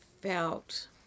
felt